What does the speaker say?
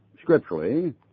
scripturally